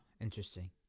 interesting